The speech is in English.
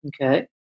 Okay